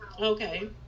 okay